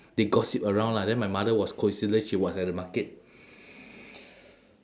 they gossip around lah then my mother was coincidentally she was at the market